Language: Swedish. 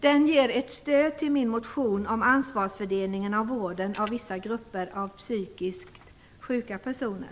Den stöder min motion om ansvarsfördelningen när det gäller vården av vissa grupper av psykiskt sjuka personer.